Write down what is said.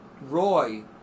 Roy